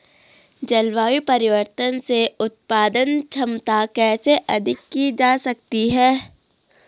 जलवायु परिवर्तन से उत्पादन क्षमता कैसे अधिक की जा सकती है?